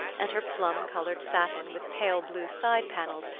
and her plum-coloured satin with pale blue side-panels,